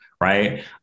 right